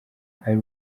ari